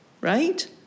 right